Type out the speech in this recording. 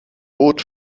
bot